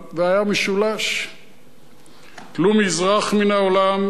משולש./ טלו מזרח מן העולם והיה,